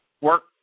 work